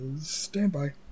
Standby